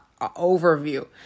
overview